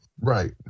Right